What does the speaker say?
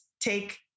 take